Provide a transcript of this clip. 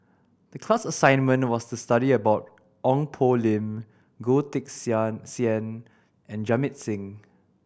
the class assignment was to study about Ong Poh Lim Goh Teck Sian and Jamit Singh